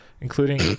including